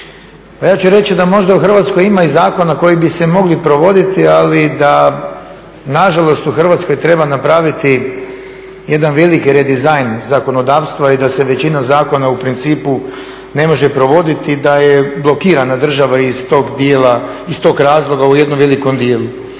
ja ću reći da možda u Hrvatskoj ima i zakona koji bi se mogli provoditi, ali da nažalost u Hrvatskoj treba napraviti jedan veliki redizajn zakonodavstva i da se većina zakona u principu ne može provoditi, da je blokirana država iz tog razloga u jednom velikom dijelu.